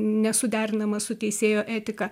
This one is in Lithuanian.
nesuderinamas su teisėjo etika